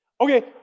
Okay